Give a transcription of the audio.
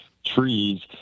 trees